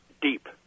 deep